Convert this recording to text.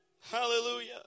Hallelujah